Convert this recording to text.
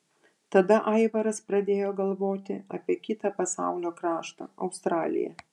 tada aivaras pradėjo galvoti apie kitą pasaulio kraštą australiją